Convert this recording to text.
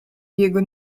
jego